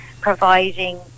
providing